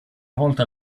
volta